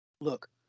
look